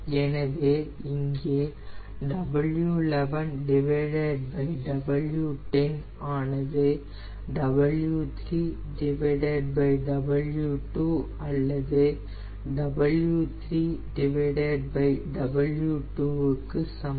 எனவே இங்கே ஆனது அல்லது க்கு சமம்